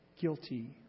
Guilty